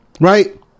right